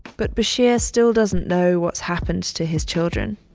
but bashir still doesn't know what's happened to his children